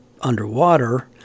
underwater